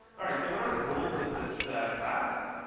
all right, so what are the goals of this class?